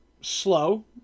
slow